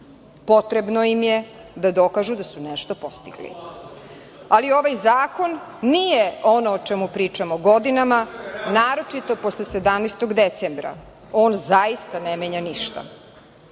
Potrebno im je da dokažu da su nešto postigli. Ovaj zakon nije ono o čemu pričamo godinama, naročito posle 17. decembra. On zaista ne menja ništa,